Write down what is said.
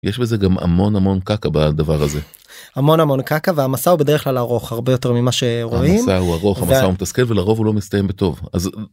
יש בזה גם המון המון קקה בדבר הזה המון המון קקה והמסע הוא בדרך כלל ארוך הרבה יותר ממה שרואים, המסע הוא ארוך המסע הוא מתסכל ולרוב הוא לא מסתיים בטוב.